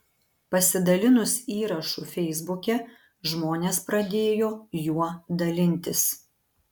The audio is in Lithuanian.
pasidalinus įrašu feisbuke žmonės pradėjo juo dalintis